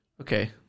Okay